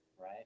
Right